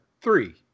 three